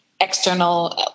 external